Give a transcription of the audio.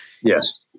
Yes